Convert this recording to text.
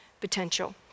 potential